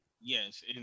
Yes